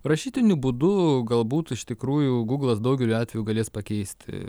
rašytiniu būdu galbūt iš tikrųjų guglas daugeliu atveju galės pakeisti